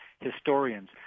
historians